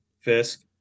Fisk